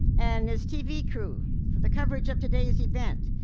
and his tv crew for the coverage of today's event.